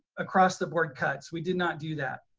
across the board cuts, we did not do that.